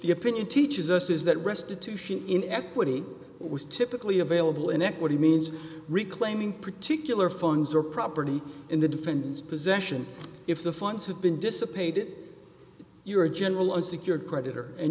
the opinion teaches us is that restitution in equity was typically available in equity means reclaiming particular funds or property in the defendant's possession if the funds have been dissipated your general unsecured creditor and